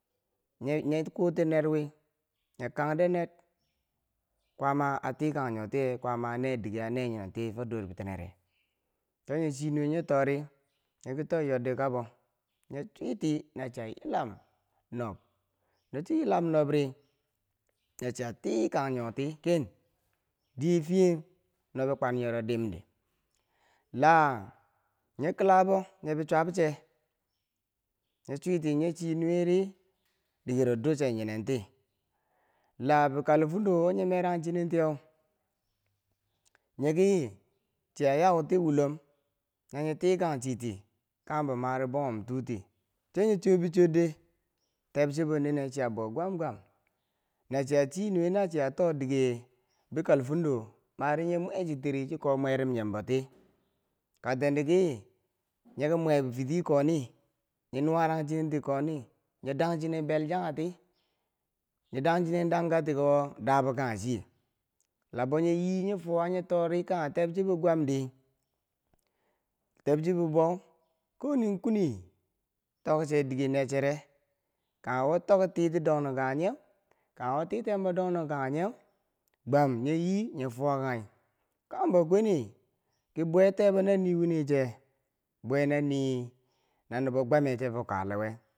Nye kuuti ner wi nye kande neer, kwaama a tikangnyotiye, kwaama a ne dige a nenyotiye fo dor bitinere to nyo chi nuwe nye tori nyeki to yoddi kabo nyichwiti nachiya yilam nob no chi yilam nobri, nachia tii kang nyoti ken diye fiyen nobi kwan nyero dimdii la nye kilabo nyebi chwabche nye chwiti nyechi nuweri dikero duche nyi nenti la bikalfundo wo nyemerang chinentiyeu nyeki chiya yauti wulom na nye tikangchiti kanyem bo mari bonghum tu'u ti cho nyo cho bi de tebchebo nine chiya bou gwam gwam nachiya chii nuwe na chiya too dike bi kalfundo mari nye mwechitiri chi ko mwerum nyem boti kakteng diki nyeken mwe fiti koni nye nuwarang chinenti koni nyi dang chinen beljangheti nyi dang chinen dangkati kiwo dabo kanghe chiye la bonyi yii nyi fuwa nyitori kanye tebchebo gwamdi tebchebo bou kowani kweni tokche dike nerchere kanghe kwo toche titi dong dong kaye, nyeu, kanghe wo titenbo kanghe nyeu gwam nyi yi nyin fuwakanghi kanghembo kweni ki bwe tebo na nii wiin neche, bwe na nii, na nubo gwame che fo kaalewe.